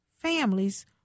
families